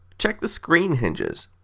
check the screen hinges.